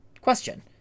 question